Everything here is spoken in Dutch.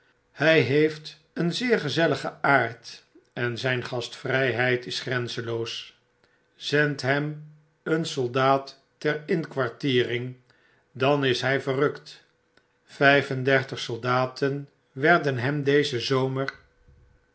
hy heeft een zeer gezelligen aard en zyn gastvryheid is grenzenloos zendt hem een soldaat ter inkwartiering dan is hy verrukt vyf en dertig soldaten werden hem dezen zomer